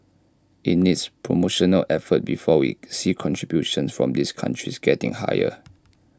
IT needs promotional effort before we see contributions from these countries getting higher